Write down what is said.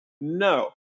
No